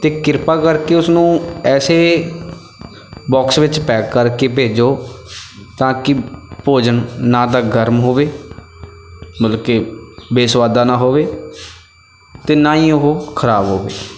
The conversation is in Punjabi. ਅਤੇ ਕਿਰਪਾ ਕਰਕੇ ਉਸ ਨੂੰ ਐਸੇ ਬੌਕਸ ਵਿੱਚ ਪੈਕ ਕਰਕੇ ਭੇਜੋ ਤਾਂ ਕਿ ਭੋਜਨ ਨਾ ਤਾਂ ਗਰਮ ਹੋਵੇ ਮਤਲਬ ਕਿ ਬੇਸੁਵਾਦਾ ਨਾ ਹੋਵੇ ਅਤੇ ਨਾ ਹੀ ਉਹ ਖ਼ਰਾਬ ਹੋਵੇ